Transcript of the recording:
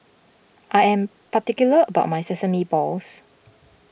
I am particular about my Sesame Balls